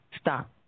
stop